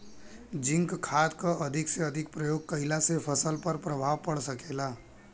Zinc खाद क अधिक से अधिक प्रयोग कइला से फसल पर का प्रभाव पड़ सकेला?